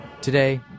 Today